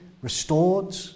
restored